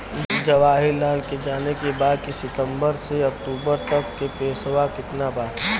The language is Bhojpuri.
जवाहिर लाल के जाने के बा की सितंबर से अक्टूबर तक के पेसवा कितना बा?